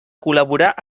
col·laborar